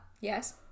Yes